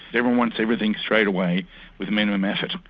everyone wants everything straight away with minimum effort,